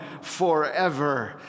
forever